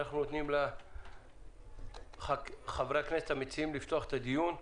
אנחנו נותנים לחברי הכנסת המציעים לפתוח את הדיון,